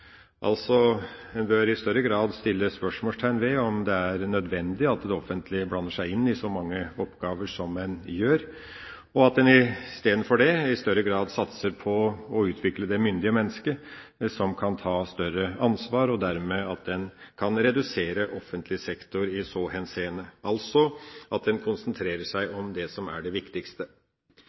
En bør i større grad sette spørsmålstegn ved om det er nødvendig at det offentlige blander seg inn i så mange oppgaver som de gjør, og om en i stedet i større grad bør satse på å utvikle det myndige menneske, som kan ta større ansvar, og at en dermed kan redusere offentlig sektor i så henseende – altså at en konsentrerer seg om det som er det viktigste.